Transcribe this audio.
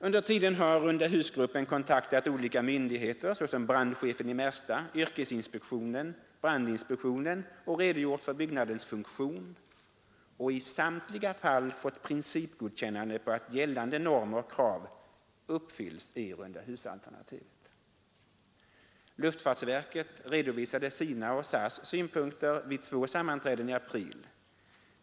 Under tiden har rundahusgruppen kontaktat olika myndigheter såsom brandchefen i Märsta, yrkesinspektionen och brandinspektionen och redogjort för byggnadens funktion och i samtliga fall fått principgodkännande, innebärande att gällande normer och krav uppfylls i rundahusalternativet. Luftfartsverket redovisade sina och SAS:s synpunkter vid två sammanträden i april.